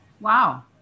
Wow